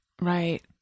right